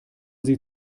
sie